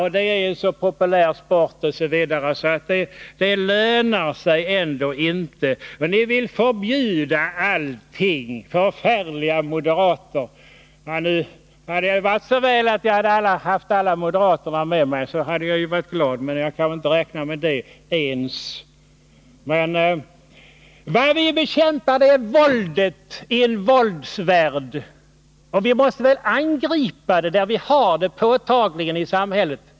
Det gäller en så populär sport, att det ändå inte lönar sig att bekämpa den. Ni vill förbjuda allting, ni förfärliga moderater. Om det varit så väl att jag hade haft alla moderater med mig, hade jag varit glad. Men jag kan inte ens räkna med det. Vad vi bekämpar är våldet i en våldsvärld; vi måste angripa våldet där vi påtagligen har det i samhället.